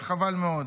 וחבל מאוד.